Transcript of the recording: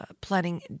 planning